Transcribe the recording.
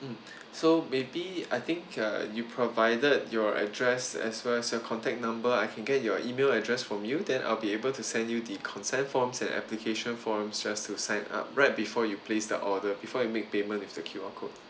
mm so maybe I think uh you provided your address as well as your contact number I can get your email address from you then I'll be able to send you the consent forms and application forms just to sign up right before you place the order before you make payment with the Q_R code